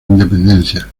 independencia